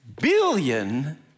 billion